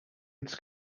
its